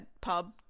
Pub